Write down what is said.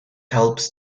helps